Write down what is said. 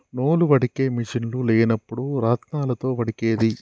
నూలు వడికే మిషిన్లు లేనప్పుడు రాత్నాలతో వడికేది